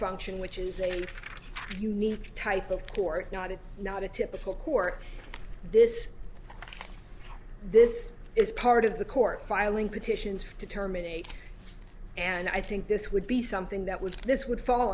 function which is a unique type of court not it's not a typical court this this is part of the court filing petitions to terminate and i think this would be something that was this would fall